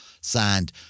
Signed